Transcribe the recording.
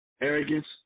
arrogance